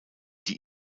die